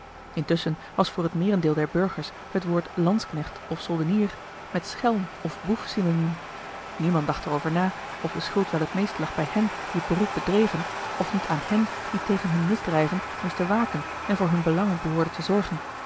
intusschen was voor het meerendeel der burgers het woord lansknecht of soldenier met schelm of boef synoniem niemand dacht er over na of de schuld wel het meest lag bij hen die het beroep dreven en of niet aan hen die tegen hunne misdrijven moesten waken en voor hunne belangen behoorden te zorgen